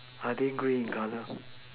are they grey in colour